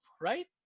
right